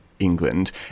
England